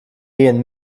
and